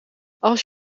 als